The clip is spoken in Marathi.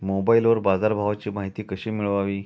मोबाइलवर बाजारभावाची माहिती कशी मिळवावी?